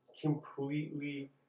completely